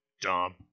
dump